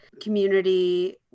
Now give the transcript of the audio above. community